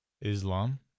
Islam